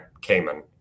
Cayman